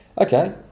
Okay